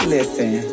Listen